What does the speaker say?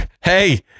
hey